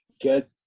get